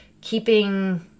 keeping